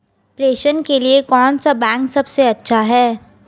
प्रेषण के लिए कौन सा बैंक सबसे अच्छा है?